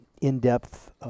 in-depth